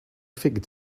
fig